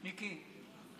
מיקי.